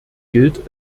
gilt